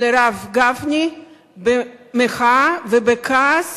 לרב גפני במחאה ובכעס